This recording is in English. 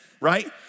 right